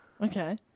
Okay